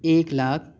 ایک لاکھ